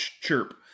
Chirp